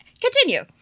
continue